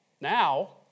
Now